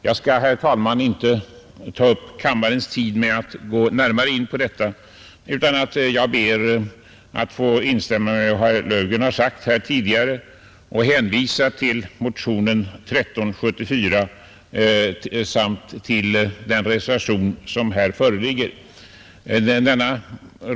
Jag skall, herr talman, inte ta upp kammarens tid med att gå närmare in på detta, utan jag ber att få instämma i vad herr Löfgren har sagt här tidigare och hänvisa till motionen 1374 samt till den reservation som här föreligger.